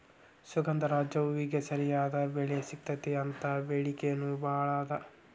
ಸುಗಂಧರಾಜ ಹೂವಿಗೆ ಸರಿಯಾದ ಬೆಲೆ ಸಿಗತೈತಿ ಮತ್ತ ಬೆಡಿಕೆ ನೂ ಬಾಳ ಅದ